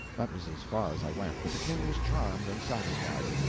that was as far as i went, but the king was charmed and satisfied.